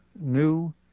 new